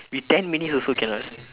we ten minutes also cannot eh